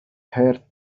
her